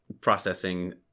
processing